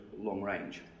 long-range